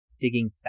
digging